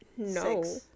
No